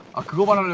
a good one.